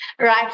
right